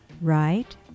right